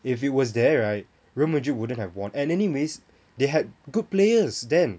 if he was there right Real Madrid wouldn't have won and anyways they had good players then